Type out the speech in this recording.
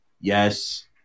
Yes